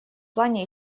плане